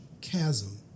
chasm